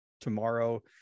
tomorrow